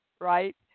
right